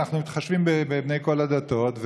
אנחנו מתחשבים בבני כל הדתות,